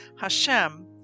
HaShem